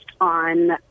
on